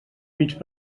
mig